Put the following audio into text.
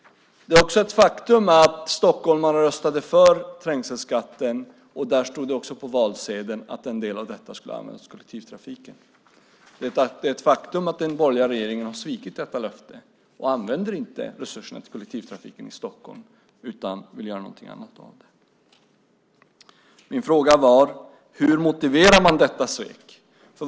Det är också ett faktum att stockholmarna röstade för trängselskatten. Det stod också på valsedeln att en del av pengarna skulle användas till kollektivtrafiken. Det är ett faktum att den borgerliga regeringen har svikit detta löfte och inte använder resurserna till kollektivtrafiken i Stockholm utan vill göra något annat med dem. Min fråga var: Hur motiverar men detta svek?